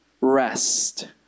rest